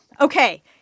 Okay